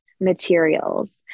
materials